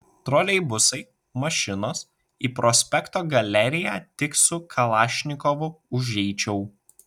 troleibusai mašinos į prospekto galeriją tik su kalašnikovu užeičiau